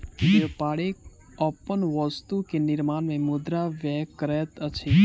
व्यापारी अपन वस्तु के निर्माण में मुद्रा व्यय करैत अछि